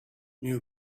knew